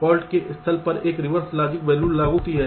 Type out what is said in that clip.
fault के स्थल पर एक रिवर्स लॉजिक वैल्यू लागू होती है